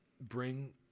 bring